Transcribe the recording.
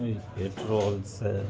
पेट्रोलसे